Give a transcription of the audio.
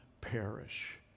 perish